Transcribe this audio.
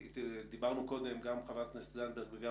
דיברנו קודם גם חברת הכנסת זנדברג וגם